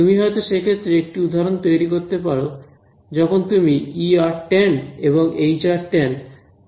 তুমি হয়তো সে ক্ষেত্রে একটি উদাহরণ তৈরি করতে পারো যখন তুমি tan এবং tan পুরো বাউন্ডারির ওপর নির্দিষ্ট করোনি